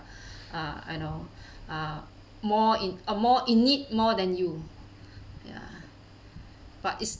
uh I know uh more in uh more in need more than you ya but it's